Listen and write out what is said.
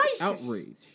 outrage